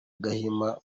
gahima